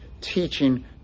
Teaching